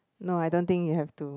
no I don't think you have to